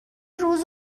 روز